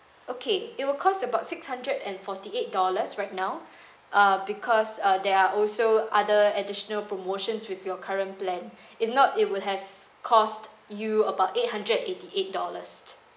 okay it will cost about six hundred and forty eight dollars right now uh because uh there are also other additional promotions with your current plan if not it would have cost you about eight hundred and eighty eight dollars